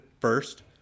first